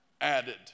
added